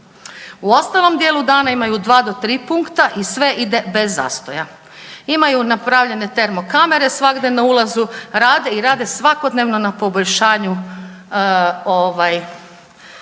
U ostalom dijelu dana imaju 2 do 3 punkta i sve ide bez zastoja. Imaju napravljene termo kamere, svagdje na ulazu rade i rade svakodnevno na poboljšanju i